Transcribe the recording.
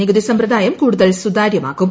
നികുതി സമ്പ്രദായം കൂടുതൽ സുത്യാരമാക്കും